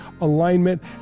alignment